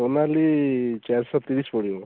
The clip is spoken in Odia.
ସୋନାଲି ଚାରିଶହ ତିରିଶି ପଡ଼ିବ